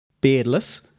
beardless